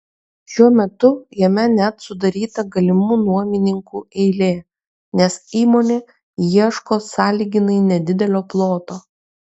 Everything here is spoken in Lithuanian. šiuo metu jame net sudaryta galimų nuomininkų eilė nes įmonė ieško sąlyginai nedidelio ploto